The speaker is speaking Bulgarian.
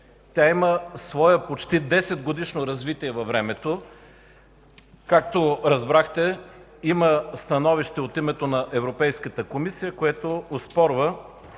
Има свое почти 10 годишно развитие във времето. Както разбрахте, има становище от името на Европейската комисия, което оспорва